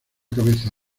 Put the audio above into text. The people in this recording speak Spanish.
cabeza